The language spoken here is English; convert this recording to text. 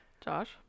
josh